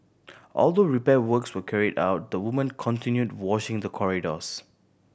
although repair works were carried out the woman continued washing the corridors